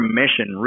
mission